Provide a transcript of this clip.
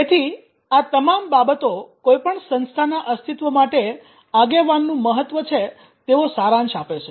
તેથી આ તમામ બાબતો કોઈ પણ સંસ્થાના અસ્તિત્વ માટે આગેવાનનું મહત્વ છે તેવો સારાંશ આપે છે